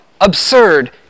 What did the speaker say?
absurd